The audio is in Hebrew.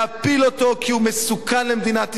להפיל אותו כי הוא מסוכן למדינת ישראל,